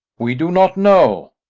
we do not know.